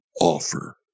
offer